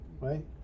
right